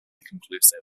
conclusive